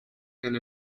and